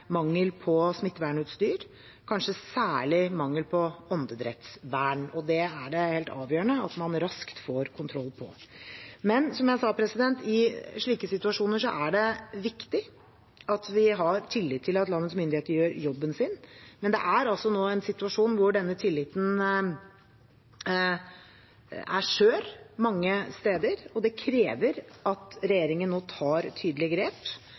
mangel på smittevernutstyr, kanskje særlig mangel på åndedrettsvern. Det er det helt avgjørende at man raskt får kontroll på. Men som jeg sa: I slike situasjoner er det viktig at vi har tillit til at landets myndigheter gjør jobben sin. Det er en situasjon nå der denne tilliten er skjør mange steder, og det krever at regjeringen nå tar tydelige grep.